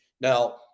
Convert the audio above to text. Now